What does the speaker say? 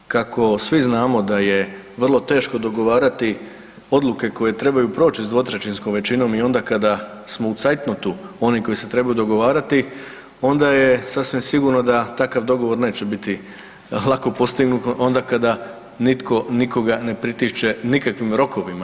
Kako svi znamo da je vrlo teško dogovarati odluke koje trebaju proći sa dvotrećinskom većinom i onda kada smo u zeitnotu oni koji se trebaju dogovarati, onda je sasvim sigurno da takav dogovor neće biti lako postignut onda kada nitko nikoga ne pritišće nikakvim rokovima.